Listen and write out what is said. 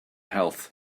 health